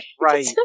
right